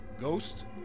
ghost